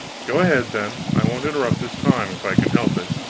go ahead, then. i won't interrupt this time, if i can help it.